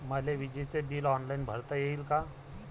मले विजेच bill online भरता येईन का?